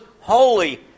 holy